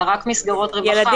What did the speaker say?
אלא רק מסגרות רווחה,